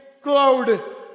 Cloud